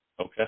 Okay